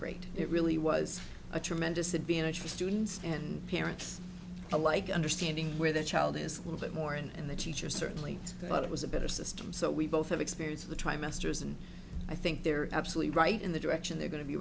great it really was a tremendous advantage for students and parents alike understanding where their child is a little bit more and the teachers certainly thought it was a better system so we both have experience of the trimesters and i think they're absolutely right in the direction they're going to be